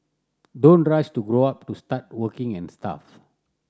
don't rush to grow up to start working and stuff